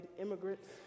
immigrants